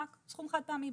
רק סכום חד פעמי,